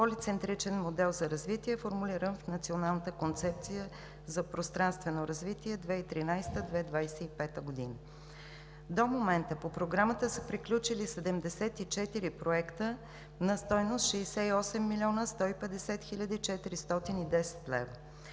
полицентричен модел за развитие, формулиран в Националната концепция за пространствено развитие 2013 – 2025 г. До момента по Програмата са приключили 74 проекта на стойност 68 млн. 150 хил. 410 лв.